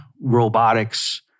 robotics